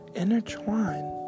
intertwine